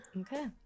Okay